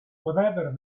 whatever